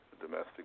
domestic